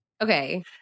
okay